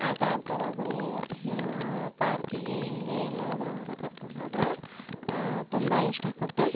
ಆಟ ಆಡ್ತಾರೆ ಬರೀ ಪಾರ್ಕಿಗೆ ಹೀಗೆ ಎಲ್ಲಾದರು ಹೊರಗೆ ಕರ್ಕೊಂಡು ಹೋದ್ರೆ ತುಂಬ ಇಷ್ಟಪಟ್ಟು